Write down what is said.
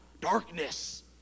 Darkness